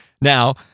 Now-